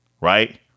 right